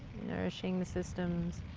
nourishing the systems.